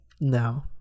No